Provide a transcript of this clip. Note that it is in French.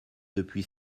depuis